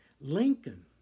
Lincoln